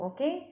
Okay